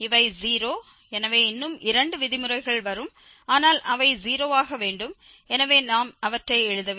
இவை 0 எனவே இன்னும் இரண்டு விதிமுறைகள் வரும் ஆனால் அவை 0 ஆக வேண்டும் எனவே நாம் அவற்றை எழுதவில்லை